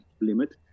limit